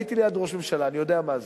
הייתי ליד ראש ממשלה, אני יודע מה זה.